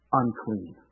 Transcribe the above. unclean